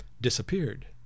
disappeared